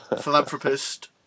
philanthropist